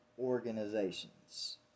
organizations